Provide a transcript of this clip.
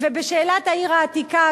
ובשאלת העיר העתיקה,